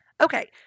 okay